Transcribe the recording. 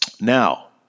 Now